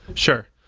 sure.